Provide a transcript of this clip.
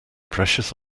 precious